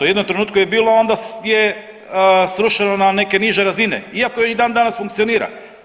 U jednom trenutku je bilo, onda je srušeno na neke niže razine, iako i dan danas funkcionira.